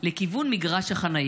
לכיוון מגרש החניה,